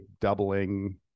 doubling